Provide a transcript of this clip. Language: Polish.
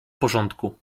porządku